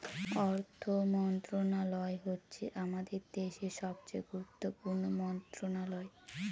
অর্থ মন্ত্রণালয় হচ্ছে আমাদের দেশের সবচেয়ে গুরুত্বপূর্ণ মন্ত্রণালয়